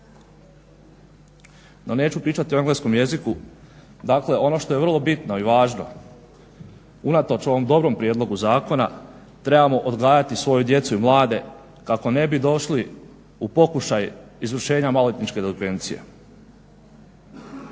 No neću pričati o engleskom jeziku. Dakle ono što je vrlo bitno i važno unatoč ovom dobrom prijedlogu zakona trebamo odgajati svoju djecu i mlade kako ne bi došli u pokušaj izvršenja maloljetničke delikvencije.